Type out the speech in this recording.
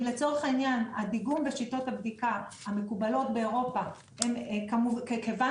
אם לצורך העניין הדיגום בשיטות הבדיקה המקובלות באירופה כיוון